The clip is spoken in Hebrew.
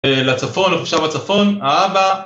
לצפון, אנחנו עכשיו בצפון, האבא.